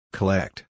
Collect